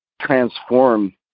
transform